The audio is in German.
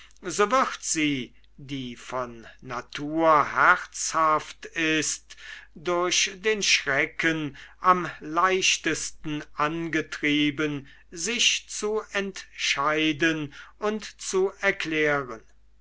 sie die von natur herzhaft ist durch den schrecken am leichtesten angetrieben sich zu entscheiden und zu klären